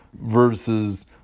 versus